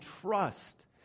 trust